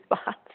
spots